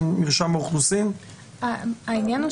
אין מניעה